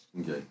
Okay